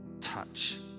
touch